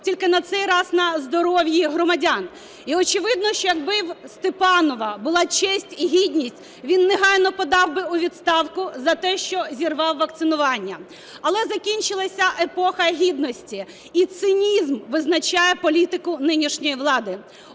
тільки на цей раз – на здоров'ї громадян. І, очевидно, що якби в Степанова була честь і гідність, він негайно подав би у відставку за те, що зірвав вакцинування. Але закінчилась епоха гідності, і цинізм визначає політику нинішньої влади,